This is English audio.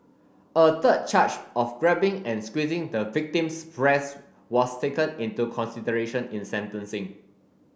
a third charge of grabbing and squeezing the victim's breasts was taken into consideration in sentencing